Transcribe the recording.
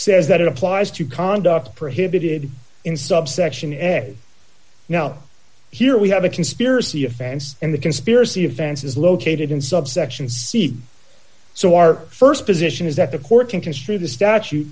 says that it applies to conduct prohibited in subsection eg now here we have a conspiracy offense and the conspiracy offense is located in subsection c so our st position is that the court can construe the statute